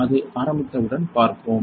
அது ஆரம்பித்தவுடன் பார்ப்போம்